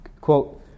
Quote